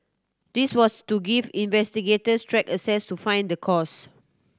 this was to give investigators track access to find the cause